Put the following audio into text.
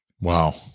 wow